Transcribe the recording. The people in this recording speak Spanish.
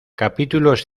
capítulos